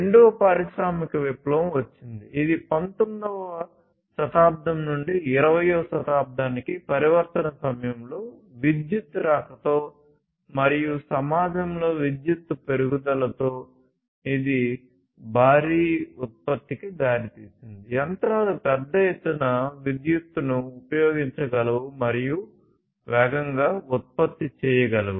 రెండవ పారిశ్రామిక విప్లవం వచ్చింది ఇది 19 వ శతాబ్దం నుండి 20 వ శతాబ్దానికి పరివర్తన సమయంలో విద్యుత్ రాకతో మరియు సమాజంలో విద్యుత్ పెరుగుదలతో ఇది భారీ ఉత్పత్తికి దారితీసింది యంత్రాలు పెద్ద ఎత్తున విద్యుత్తును ఉపయోగించగలవు మరియు వేగంగా ఉత్పత్తి చేయగలవు